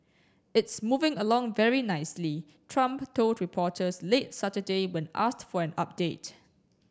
it's moving along very nicely Trump told reporters late Saturday when asked for an update